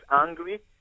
angry